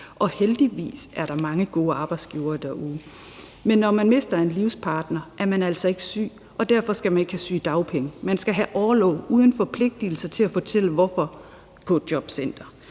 Heldigvis er der mange gode arbejdsgivere derude, men når man mister en livspartner, er man altså ikke syg, og derfor skal man ikke have sygedagpenge. Man skal have orlov uden forpligtigelser til at fortælle hvorfor på et jobcenter.